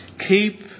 Keep